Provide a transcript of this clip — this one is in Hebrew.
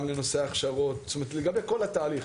גם לנושא ההכשרות לגבי כל התהליך.